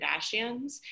Kardashians